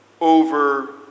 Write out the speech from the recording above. over